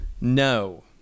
No